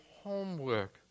homework